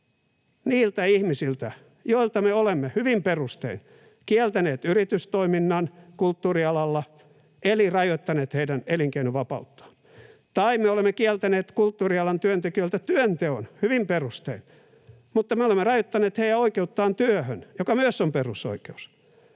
ihmisiltä, joilta me olemme, hyvin perustein, kieltäneet yritystoiminnan, eli me olemme rajoittaneet heidän elinkeinovapauttaan, tai olemme kieltäneet kulttuurialan työntekijöiltä työnteon, hyvin perustein, mutta me olemme rajoittaneet heidän oikeuttaan työhön, joka myös on perusoikeus.